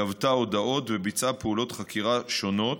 גבתה הודאות וביצעה פעולות חקירה שונות,